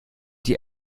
die